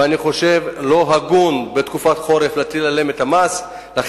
ואני חושב שלא הגון להטיל עליהם את המס בתקופת החורף.